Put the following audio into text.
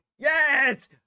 Yes